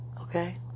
Okay